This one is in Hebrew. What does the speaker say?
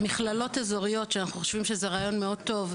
מכללות אזוריות שאנחנו חושבים שזה רעיון מאוד טוב,